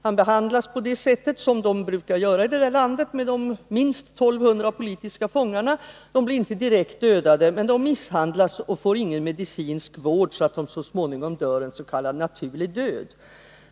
Han behandlas på det sätt som man i det landet brukar behandla sina minst 1 200 politiska fångar: De blir inte direkt dödade, men de misshandlas och får ingen medicinsk vård, så att de så småningom dör en s.k. naturlig död.